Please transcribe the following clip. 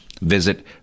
visit